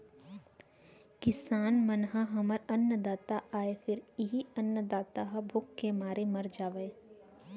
किसान मन ह हमर अन्नदाता आय फेर इहीं अन्नदाता ह भूख के मारे मर जावय